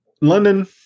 London